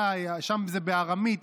שם זה בארמית.